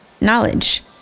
knowledge